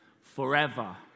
forever